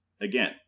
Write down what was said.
again